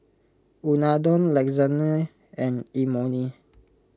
Unadon Lasagne and Imoni